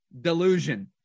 delusion